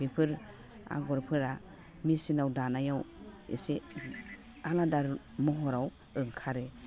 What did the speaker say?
बेफोर आग'रफोरा मिचिनाव दानायाव एसे आलादा महराव ओंखारो